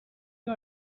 you